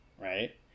right